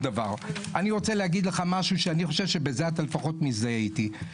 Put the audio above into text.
אני רוצה להגיד לך משהו שאני חושב שבזה אתה לפחות מזדהה איתי.